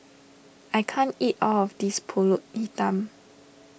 I can't eat all of this Pulut Hitam